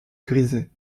grisait